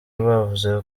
rwavuze